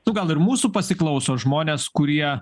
nu gal ir mūsų pasiklauso žmonės kurie